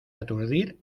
aturdir